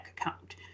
account